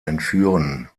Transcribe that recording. entführen